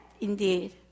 indeed